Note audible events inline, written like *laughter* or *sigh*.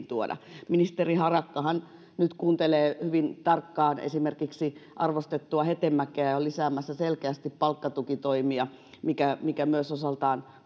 *unintelligible* tuoda ministeri harakkahan kuuntelee hyvin tarkkaan esimerkiksi arvostettua hetemäkeä ja on lisäämässä selkeästi palkkatukitoimia mikä mikä myös osaltaan *unintelligible*